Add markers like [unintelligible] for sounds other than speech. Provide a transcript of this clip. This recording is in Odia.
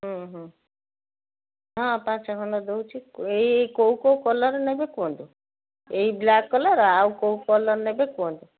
ହଁ ହଁ ହଁ ପାଞ୍ଚ ଖଣ୍ଡ ଦେଉଛି [unintelligible] ଏଇ କେଉଁ କେଉଁ କଲର ନେବେ କୁହନ୍ତୁ ଏଇ ବ୍ଲାକ୍ କଲର ଆଉ କେଉଁ କଲର ନେବେ କୁହନ୍ତୁ